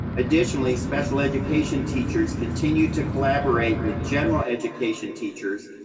additionally, special education teachers continue to collaborate with general education teachers,